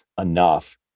enough